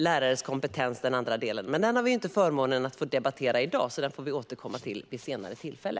Lärarnas kompetens är en annan del. Men den har vi inte förmånen att få debattera i dag, utan den får vi återkomma till vid senare tillfälle.